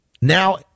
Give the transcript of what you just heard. now